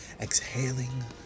exhaling